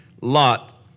Lot